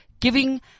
giving